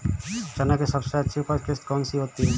चना की सबसे अच्छी उपज किश्त कौन सी होती है?